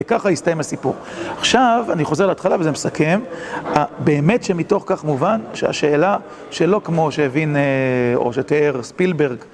וככה הסתיים הסיפור. עכשיו, אני חוזר להתחלה וזה מסכם. באמת שמתוך כך מובן שהשאלה, שלא כמו שהבין או שתיאר ספילברג.